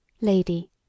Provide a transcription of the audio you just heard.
Lady